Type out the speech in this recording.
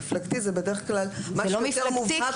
מפלגתי זה בדרך כלל משהו יותר מובהק פוליטי --- זה לא מפלגתי,